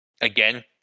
Again